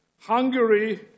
Hungary